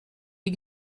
die